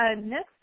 next